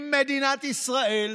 אם מדינת ישראל,